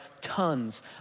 tons